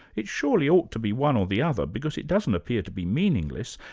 it surely ought to be one or the other, because it doesn't appear to be meaningless.